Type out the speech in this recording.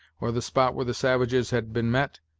or the spot where the savages had been met,